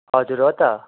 हजुर हो त